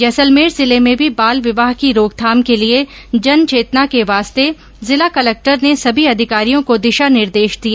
जैसलमेर जिले में भी बाल विवाह की रोकथाम के लिए जन चेतना के वास्ते जिला कलेक्टर ने सभी अधिकारियों को दिशा निर्देश दिए